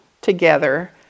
together